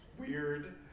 weird